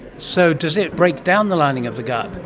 so does it break down the lining of the gut?